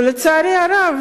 ולצערי הרב,